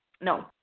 No